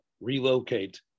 relocate